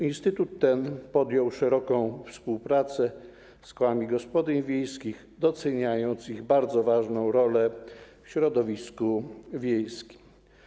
Instytut ten podjął szeroką współpracę z kołami gospodyń wiejskich, doceniając ich bardzo ważną rolę w środowisku wiejskim.